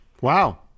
Wow